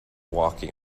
walking